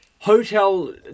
Hotel